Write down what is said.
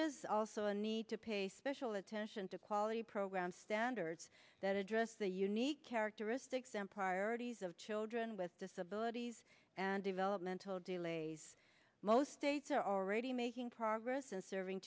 is also a need to pay special attention to quality programs standards that address the unique characteristics empire days of children with disabilities and developmental delays most states are already making progress and serving